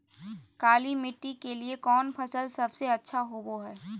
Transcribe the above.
काली मिट्टी के लिए कौन फसल सब से अच्छा होबो हाय?